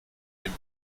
dem